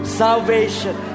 salvation